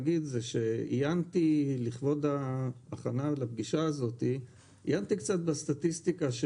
רציתי להגיד שבהכנה לישיבה הזאת עיינתי קצת בסטטיסטיקה,